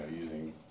using